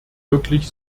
wirklich